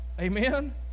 Amen